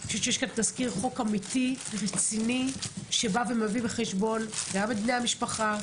יש כאן תזכיר חוק אמיתי ורציני שמביא בחשבון גם את בני המשפחה,